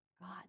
God